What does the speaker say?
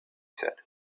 said